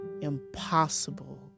impossible